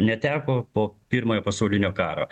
neteko po pirmojo pasaulinio karo